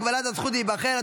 הגבלת הזכות להיבחר),